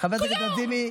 כלום.